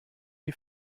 die